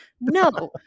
no